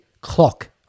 clock